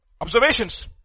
observations